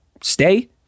stay